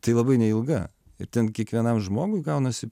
tai labai neilga ir ten kiekvienam žmogui gaunasi